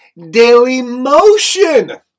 dailymotion